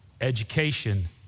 Education